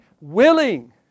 willing